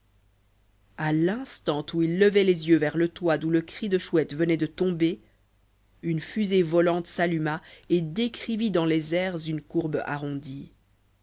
à l'instant où ils levaient les yeux vers le toit d'où le cri de chouette venait de ber une fusée volante s'alluma et décrivit dans les airs une courbe arrondie